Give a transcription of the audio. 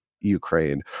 Ukraine